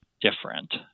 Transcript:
different